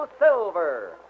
Silver